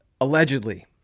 allegedly